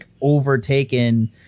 overtaken